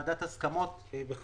לוועדת הסכמות וכדומה.